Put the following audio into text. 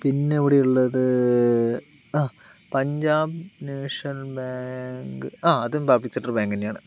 പിന്നെ ഇവിടെയുള്ളത് ആ പഞ്ചാബ് നാഷണൽ ബാങ്ക് ആ അതും പബ്ലിക് സെക്ടർ ബാങ്ക് തന്നെയാണ്